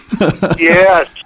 yes